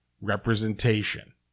representation